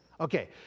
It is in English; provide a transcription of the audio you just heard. Okay